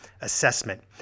Assessment